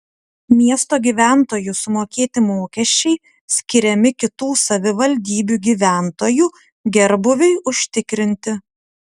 miesto gyventojų sumokėti mokesčiai skiriami kitų savivaldybių gyventojų gerbūviui užtikrinti